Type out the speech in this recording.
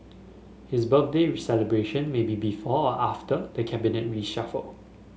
his birthday celebration may be before or after the Cabinet reshuffle